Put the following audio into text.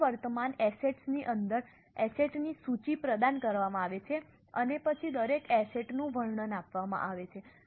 બિન વર્તમાન એસેટ્સ ની અંદર એસેટ ની સૂચિ પ્રદાન કરવામાં આવે છે અને પછી દરેક એસેટ નું વર્ણન આપવામાં આવે છે